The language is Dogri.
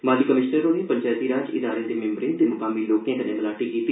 माली आयुक्त होरें पंचैती राज इदारें दे भिंबरें ते मकामी लोकें कन्नै मलाटी कीती